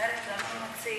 אחרת, למה מציעים?